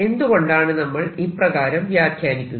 എന്തുകൊണ്ടാണ് നമ്മൾ ഇപ്രകാരം വ്യാഖാനിക്കുന്നത്